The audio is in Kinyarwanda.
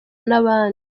n’abandi